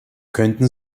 könnten